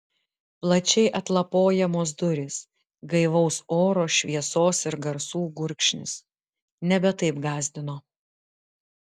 plačiai atlapojamos durys gaivaus oro šviesos ir garsų gurkšnis nebe taip gąsdino